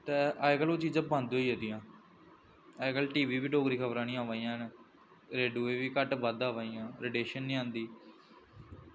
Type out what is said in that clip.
ते अज्जकल ओह् चीज़ां बंद होई गेदियां अज्ज कल टी वी पर बी डोगरी खबरां नी अवा दियां न रेडूए च बी घट्ट बद्ध आवा दियां रेडियेशन निं आंदी